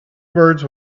birds